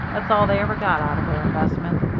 that's all they ever got out of their investment.